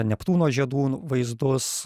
neptūno žiedų vaizdus